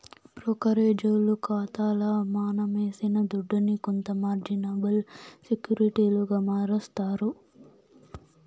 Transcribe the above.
బ్రోకరేజోల్లు కాతాల మనమేసిన దుడ్డుని కొంత మార్జినబుల్ సెక్యూరిటీలుగా మారస్తారు